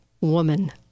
woman